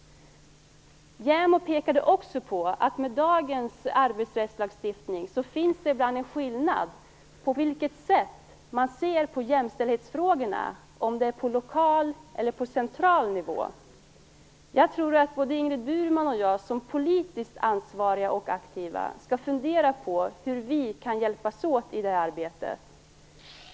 JämO pekade också på att med dagens arbetsrättslagstiftning finns det ibland en skillnad i hur man ser på jämställdhetsfrågorna på lokal respektive central nivå. Jag tror att både Ingrid Burman och jag som politiskt ansvariga och aktiva skall fundera på hur vi kan hjälpas åt i det här arbetet.